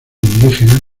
indígena